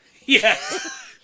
Yes